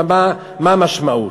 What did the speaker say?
מה המשמעות?